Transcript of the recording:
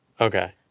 Okay